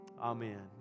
Amen